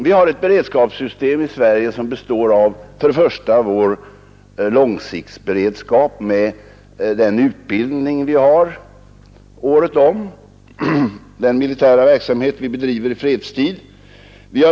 Vi har ett beredskapssystem i Sverige som först och främst består av vår långsiktsberedskap med utbildning året om. Det är den militära verksamhet vi bedriver i fredstid.